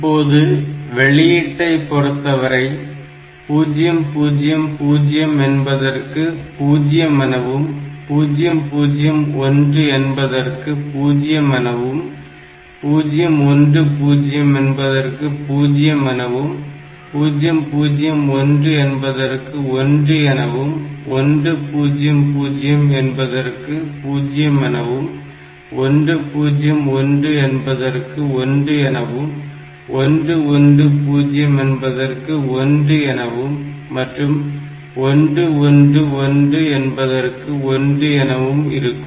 இப்போது வெளியீட்டை பொறுத்தவரை 0 0 0 என்பதற்கு 0 எனவும் 0 0 1 என்பதற்கு 0 எனவும் 0 1 0 என்பதற்கு 0 எனவும் 0 0 1 என்பதற்கு 1 எனவும் 1 0 0 என்பதற்கு 0 எனவும் 1 0 1 என்பதற்கு 1 எனவும் 1 1 0 என்பதற்கு 1 எனவும் மற்றும் 1 1 1 என்பதற்கு 1 எனவும் இருக்கும்